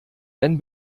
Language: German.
wenn